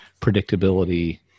predictability